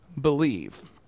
believe